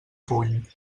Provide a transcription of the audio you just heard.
puny